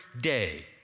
day